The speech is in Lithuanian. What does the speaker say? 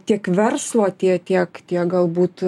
tiek verslo tie tiek tiek galbūt